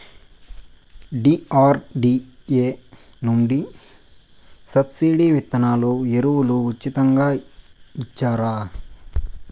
DRDA నుండి సబ్సిడి విత్తనాలు ఎరువులు ఉచితంగా ఇచ్చారా?